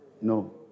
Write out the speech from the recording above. No